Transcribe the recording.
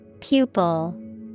Pupil